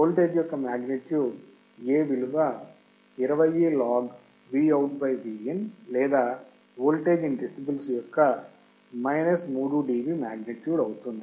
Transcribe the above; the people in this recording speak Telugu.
వోల్టేజ్ యొక్క మాగ్నిట్యూడ్ A విలువ 20 log Vout Vin లేదా వోల్టేజ్ ఇన్ డెసిబెల్స్ యొక్క 3dB మాగ్నిట్యూడ్ అవుతుంది